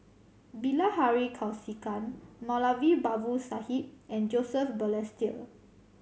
Bilahari Kausikan Moulavi Babu Sahib and Joseph Balestier